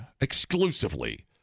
Exclusively